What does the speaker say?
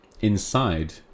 inside